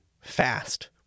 fast